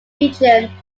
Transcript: region